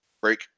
Break